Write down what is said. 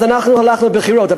אז אנחנו הלכנו לבחירות.